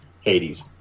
Hades